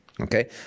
Okay